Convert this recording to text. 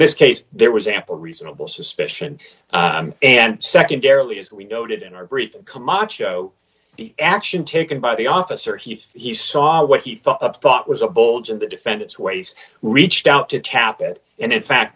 this case there was ample reasonable suspicion and secondarily as we noted in our brief camacho action taken by the officer he saw what he thought up thought was a bold and the defendant's ways reached out to tap it and in fact